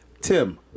Tim